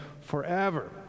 forever